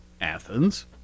Athens